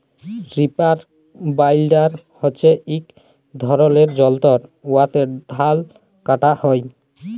reaper binder হছে ইক ধরলের যল্তর উয়াতে ধাল কাটা হ্যয়